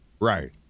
Right